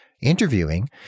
Interviewing